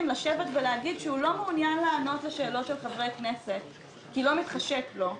להגיד שהוא לא מעוניין לענות לשאלות חברי הכנסת כי לא מתחשק לו.